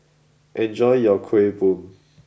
enjoy your Kuih Bom